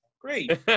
Great